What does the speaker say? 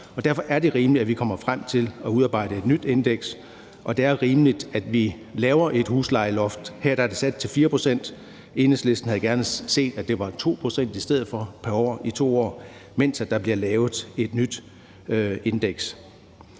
Derfor er det rimeligt, at vi kommer frem til at udarbejde et nyt indeks, og det er rimeligt, at vi laver et huslejeloft – her er det sat til 4 pct; Enhedslisten havde gerne set, at det i stedet for var 2 pct. pr. år i 2 år – mens der bliver lavet et nyt indeks.